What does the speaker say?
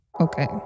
Okay